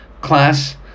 class